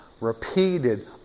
repeated